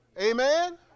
Amen